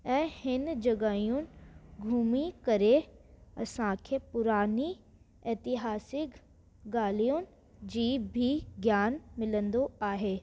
ऐं हिन जॻहियुनि घुमी करे असां खे पुरानी इतिहासिकु ॻाल्हियूं जो बि ज्ञान मिलंदो आहे